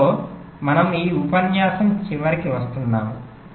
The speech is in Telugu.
దీనితో మనం ఈ ఉపన్యాసం చివరికి వచ్చాము